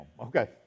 okay